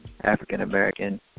African-American